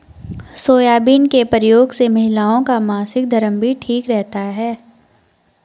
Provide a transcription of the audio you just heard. soybean के प्रयोग से महिलाओं का मासिक धर्म भी ठीक रहता है